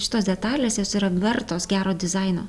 šitos detalės jos yra vertos gero dizaino